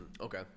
Okay